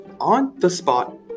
On-the-spot